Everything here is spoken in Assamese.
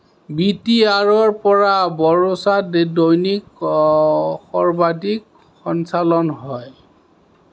বি টি আৰৰ পৰা বড়োচা দি দৈনিক সৰ্বাধিক সঞ্চালন হয়